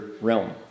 realm